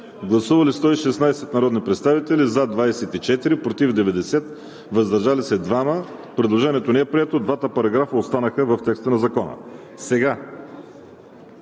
Гласували 116 народни представители: за 24, против 90, въздържали 2. Предложението не е прието. Двата параграфа останаха в текста на Закона.